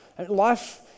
Life